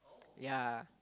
ya